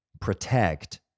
protect